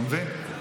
אתה מבין?